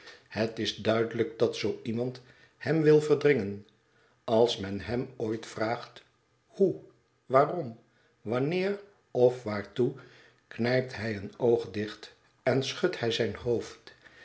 het is duidelijk dat zoo iemand hem wil verdringen als men hem ooit vraagt hoe waarom wanneer of waartoe knijpt hij een oog dicht en schudt hij zijn hoofd